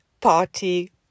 party